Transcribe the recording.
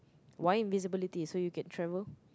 why invisibility so you can travel